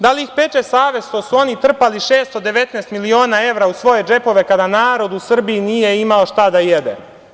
Da li ih peče savest što su oni trpali 619 miliona evra u svoje džepove kada narod u Srbiji nije imao šta da jede.